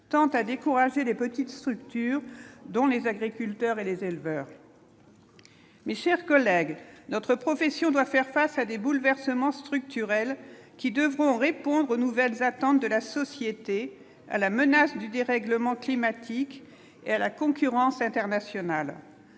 tend à décourager des petites structures, dont les agriculteurs et les éleveurs, mes chers collègues, notre profession doit faire face à des bouleversements structurels qui devront répondre aux nouvelles attentes de la société à la menace du dérèglement climatique et à la concurrence internationale,